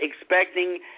expecting